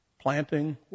Planting